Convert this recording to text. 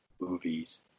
movies